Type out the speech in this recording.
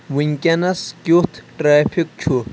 ونکیٛنس کِیُتھ ٹریفِک چھُ